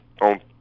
on